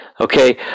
Okay